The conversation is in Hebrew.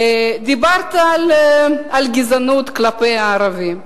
דיברת על גזענות כלפי הערבים,